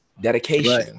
dedication